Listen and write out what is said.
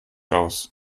aus